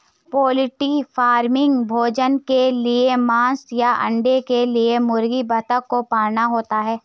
poultry farming भोजन के लिए मांस या अंडे के लिए मुर्गियों बतखों को पालना होता है